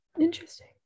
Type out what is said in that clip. Interesting